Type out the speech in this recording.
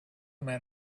men